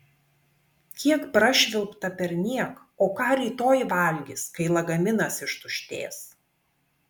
kiek prašvilpta perniek o ką rytoj valgys kai lagaminas ištuštės